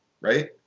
right